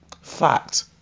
Fact